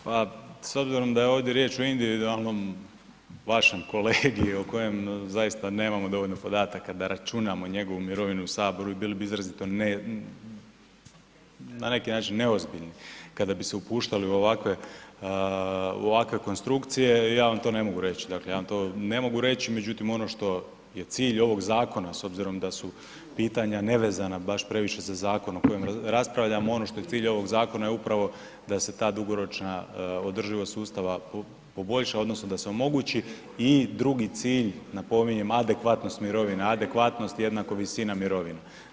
Pa s obzirom da je ovdje riječ o individualnom vašem kolegi o kojem zaista nemamo dovoljno podataka da računamo njegovu mirovinu u Saboru, bili bi izrazito na neki način neozbiljni kada bis e upuštali u ovakve konstrukcije, ja vam to ne mogu reći, dakle ja vam to ne mogu reć međutim ono što je cilj ovog zakona s obzirom da su pitanja nevezana baš previše za zakon o kojem raspravljamo, ono što je cilj ovog zakona je upravo da se ta dugoročna održivost sustava poboljša odnosno da se omogući i drugi cilj napominjem, adekvatnost mirovina, adekvatnost jednako visina mirovine.